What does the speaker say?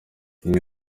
rimwe